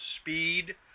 speed